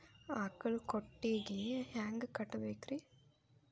ಆಕಳ ಕೊಟ್ಟಿಗಿ ಹ್ಯಾಂಗ್ ಕಟ್ಟಬೇಕ್ರಿ?